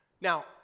Now